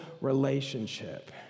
relationship